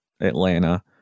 Atlanta